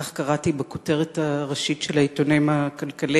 כך קראתי בכותרות הראשיות של האתרים הכלכליים,